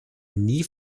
nie